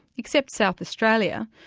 except south australia,